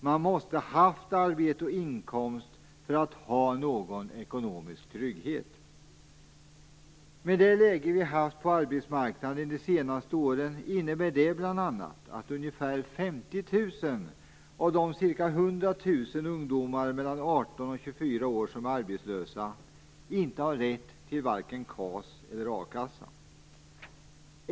Man måste ha haft arbete och inkomst för att ha någon ekonomisk trygghet. Med det läge vi har haft på arbetsmarknaden de senaste åren innebär det bl.a. att ungefär 50 000 av de ca 100 000 ungdomar mellan 18 och 24 år som är arbetslösa inte har rätt till varken KAS eller a-kassa.